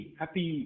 happy